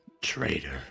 Traitor